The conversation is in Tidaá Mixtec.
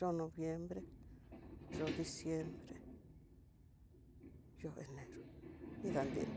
yo'o noviembre, yo'o diciembre, yo'o enero didantinó.